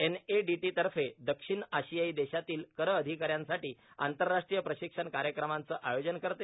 एनएडीटीतर्फे दक्षिण आशियाई देशांमधील कर अधिकाऱ्यांसाठी आंतरराष्ट्रीय प्रशिक्षण कार्यक्रमांचं आयोजन करते